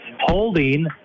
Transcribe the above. holding